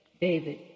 David